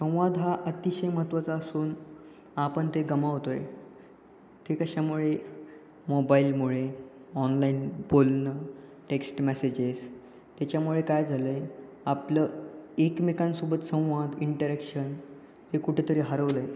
संवाद हा अतिशय महत्वाचा असून आपण ते गमावतोय ते कशामुळे मोबाईलमुळे ऑनलाईन बोलणं टेक्स्ट मॅसेजेस त्याच्यामुळे काय झालं आहे आपलं एकमेकांसोबत संवाद इंटरॅक्शन ते कुठेतरी हरवलं आहे